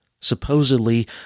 Supposedly